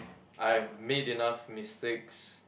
I've made enough mistakes